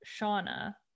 shauna